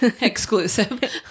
Exclusive